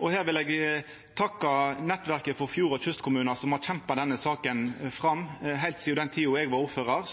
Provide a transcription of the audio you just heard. og her vil eg takka Nettverk fjord- og kystkommunar, som har kjempa denne saka fram. Heilt sidan den tida eg var ordførar,